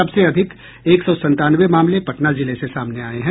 सबसे अधिक एक सौ संतानवे मामले पटना जिले से सामने आये हैं